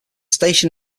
station